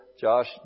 Josh